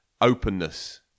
openness